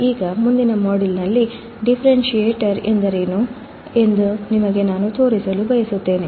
ಈಗ ಮುಂದಿನ ಮಾಡ್ಯೂಲ್ನಲ್ಲಿ ಡಿಫರೆನ್ಷಿಯೇಟರ್ ಎಂದರೇನು ಎಂದು ನಾನು ನಿಮಗೆ ತೋರಿಸಲು ಬಯಸುತ್ತೇನೆ